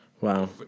Wow